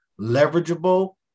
leverageable